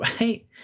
right